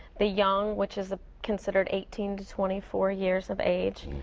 the young, which is considered eighteen to twenty four years of age.